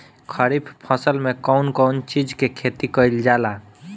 खरीफ फसल मे कउन कउन चीज के खेती कईल जाला?